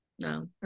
no